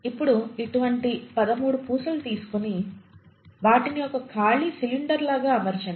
ఇప్పుడు ఇటువంటి 13 పూసలు తీసుకుని వాటిని ఒక ఖాళీ సిలిండర్ లాగా అమర్చండి